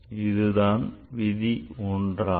இதுதான் விதி ஒன்றாகும்